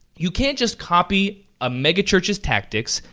you can't just copy a megachurch's tactics,